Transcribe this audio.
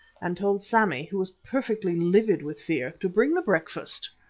and told sammy, who was perfectly livid with fear, to bring the breakfast.